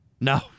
no